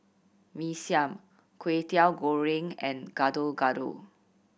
Mee Siam Kway Teow Goreng and Gado Gado